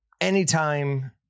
Anytime